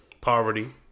poverty